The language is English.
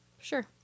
sure